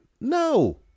No